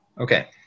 Okay